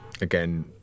again